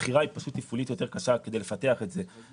הבחירה היא תפעולית יותר קשה כדי לפתח את זה.